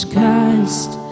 cast